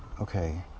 Okay